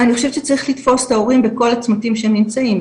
אני חושבת שצריך לתפוס את ההורים בכל הצמתים שהם נמצאים,